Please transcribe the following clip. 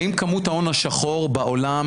האם כמות ההון השחור בעולם,